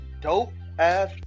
dope-ass